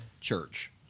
church